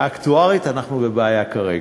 שאקטוארית אנחנו בבעיה כרגע.